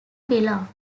below